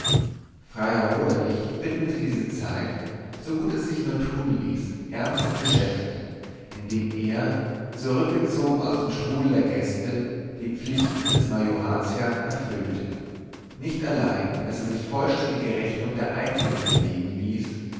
freiherr roderich widmete diese zeit so gut es sich nur tun ließ ernstem geschäfte indem er zurückgezogen aus dem strudel der gäste die pflichten des majoratsherrn erfüllte nicht allein daß er sich vollständige rechnung der einkünfte legen ließ